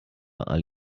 all